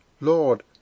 Lord